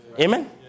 Amen